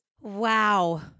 Wow